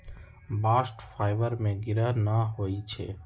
bast fibre में गिरह न होई छै